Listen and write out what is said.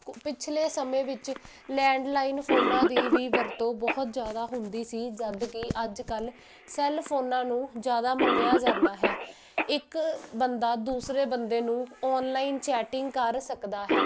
ਪਿਛਲੇ ਸਮੇਂ ਵਿੱਚ ਲੈਂਡਲਾਈਨ ਫੋਨਾਂ ਦੀ ਵੀ ਵਰਤੋਂ ਬਹੁਤ ਜ਼ਿਆਦਾ ਹੁੰਦੀ ਸੀ ਜਦ ਕਿ ਅੱਜ ਕੱਲ੍ਹ ਸੈੱਲ ਫੋਨਾਂ ਨੂੰ ਜ਼ਿਆਦਾ ਮੰਨਿਆ ਜਾਂਦਾ ਹੈ ਇੱਕ ਬੰਦਾ ਦੂਸਰੇ ਬੰਦੇ ਨੂੰ ਔਨਲਾਈਨ ਚੈਟਿੰਗ ਕਰ ਸਕਦਾ ਹੈ